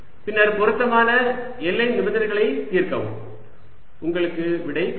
பின்னர் பொருத்தமான எல்லை நிபந்தனைகளை தீர்க்கவும் உங்களுக்கு விடை கிடைக்கும்